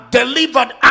delivered